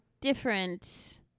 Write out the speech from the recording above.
different